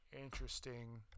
interesting